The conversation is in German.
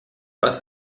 was